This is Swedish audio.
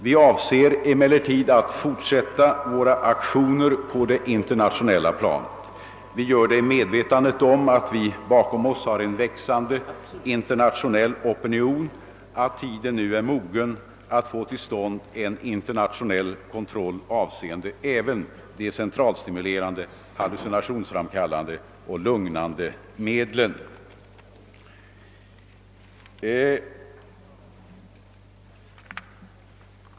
Vi avser emellertid att fortsätta våra aktioner på det internationella planet. Vi gör det i medvetande om att vi bakom oss har en växande internationell opinion — att tiden nu är mogen att få till stånd en internationell kontroll, avseende även de centralstimulerande, hallucinationsframkallande, lugnande och sömngivande medlen.